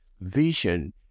vision